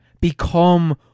become